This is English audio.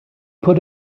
put